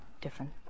Different